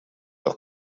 auch